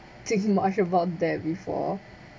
thinking much about that before